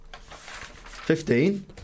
Fifteen